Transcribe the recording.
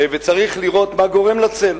וצריך לראות מה גורם לצל.